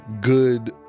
good